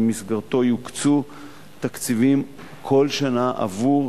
אשר במסגרתו יוקצו תקציבים כל שנה עבור